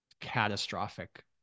catastrophic